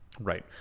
Right